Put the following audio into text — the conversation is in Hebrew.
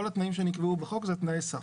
כל התנאים שנקבעו בחוק זה תנאי סף.